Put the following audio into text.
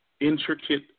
intricate